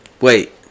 Wait